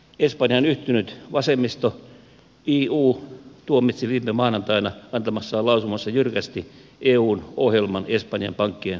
espanjan yhtynyt vasemmisto iu tuomitsi viime maanantaina antamassaan lausumassa jyrkästi eun ohjelman espanjan pankkien pelastamiseksi